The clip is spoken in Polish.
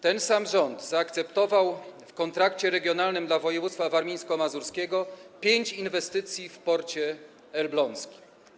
Ten sam rząd zaakceptował w kontrakcie regionalnym dla województwa warmińsko-mazurskiego pięć inwestycji w porcie elbląskim.